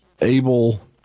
able